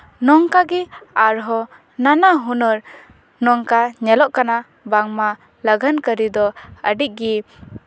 ᱱᱚᱝᱠᱟ ᱜᱮ ᱟᱨᱦᱚᱸ ᱱᱟᱱᱟ ᱦᱩᱱᱟᱹᱨ ᱱᱚᱝᱠᱟ ᱧᱮᱞᱚᱜ ᱠᱟᱱᱟ ᱵᱟᱝ ᱢᱟ ᱞᱟᱜᱟᱱ ᱠᱟᱹᱨᱤ ᱫᱚ ᱟᱹᱰᱤᱜᱮ